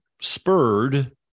spurred